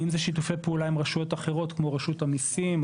אם אלה שיתופי פעולה עם רשויות אחרות כמו רשות המיסים,